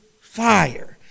fire